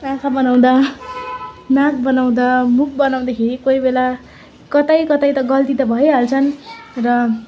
आँखा बनाउँदा नाक बनाउँदा मुख बनाउँदाखेरि कोही बेला कतै कतै त गल्ती त भइहाल्छन् र